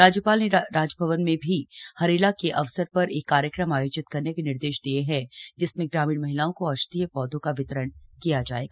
राज्यपाल ने राजभवन में भी हरेला के अवसर पर एक कार्यक्रम आयोजित करने के निर्देश दिये हैं जिसमें ग्रामीण महिलाओं को औषधीय पौधों का वितरण किया जायेगा